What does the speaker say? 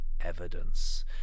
evidence